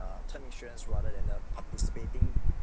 uh term insurance rather than uh participating